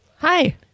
Hi